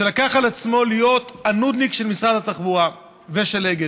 ולקח על עצמו להיות הנודניק של משרד התחבורה ושל אגד.